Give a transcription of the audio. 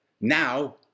now